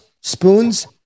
spoons